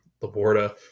Laborda